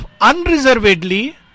unreservedly